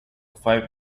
five